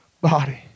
body